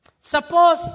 Suppose